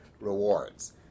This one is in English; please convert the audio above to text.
rewards